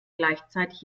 gleichzeitig